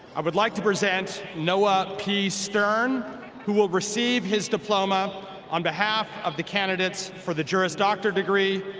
i would like to present noah p. stern who will receive his diploma on behalf of the candidates for the juris doctor degree,